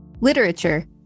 Literature